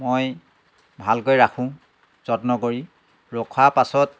মই ভালকৈ ৰাখোঁ যত্ন কৰি ৰখা পাছত